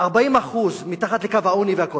40% מתחת לקו העוני והכול,